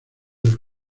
del